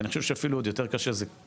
ואני חושב שאפילו עוד יותר קשה דווקא